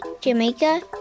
Jamaica